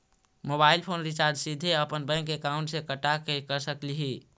Mobile phone recharge सीधे अपन bank account से कटा के कर सकली ही?